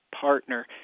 partner